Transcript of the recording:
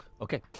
Okay